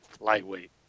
Lightweight